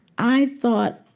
i thought,